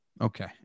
Okay